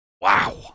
wow